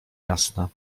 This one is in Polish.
jasna